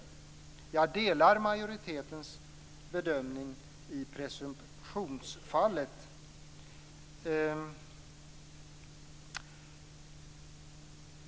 Jag delar majoritetens bedömning i presumtionsfallet.